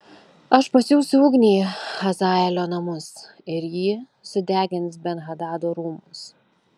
aš pasiųsiu ugnį į hazaelio namus ir ji sudegins ben hadado rūmus